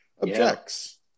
objects